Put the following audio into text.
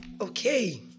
okay